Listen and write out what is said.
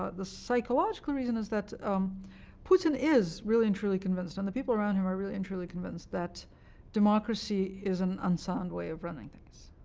ah the psychological reason is that um putin is really and truly convinced, and the people around him are really and truly convinced, that democracy is an unsound way of running things.